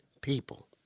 people